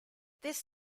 this